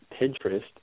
Pinterest